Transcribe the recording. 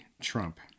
Trump